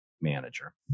manager